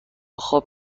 خواب